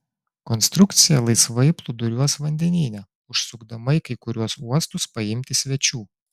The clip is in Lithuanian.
konstrukcija laisvai plūduriuos vandenyne užsukdama į kai kuriuos uostus paimti svečių